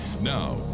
Now